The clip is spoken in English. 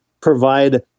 provide